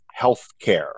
healthcare